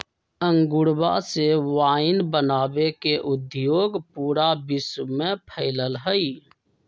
अंगूरवा से वाइन बनावे के उद्योग पूरा विश्व में फैल्ल हई